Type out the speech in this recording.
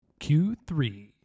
Q3